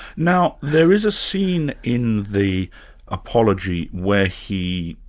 now there is a scene in the apology where he,